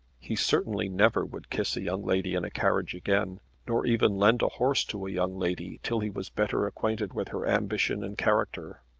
he certainly never would kiss a young lady in a carriage again nor even lend a horse to a young lady till he was better acquainted with her ambition and character.